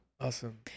Awesome